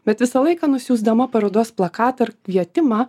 bet visą laiką nusiųsdama parodos plakatą ir kvietimą